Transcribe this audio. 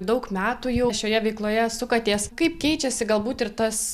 daug metų jau šioje veikloje sukatės kaip keičiasi galbūt ir tas